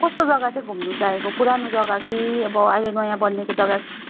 कस्तो जग्गा चाहिँ घुम्नु चाहेको पुरानो जग्गा कि अब अहिले नयाँ बनिएको जग्गा